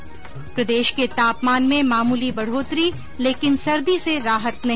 ्र प्रदेश के तापमान में मामूली बढ़ोतरी लेकिन सर्दी से राहत नहीं